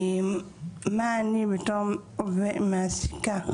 מה אני בתור מעסיקה,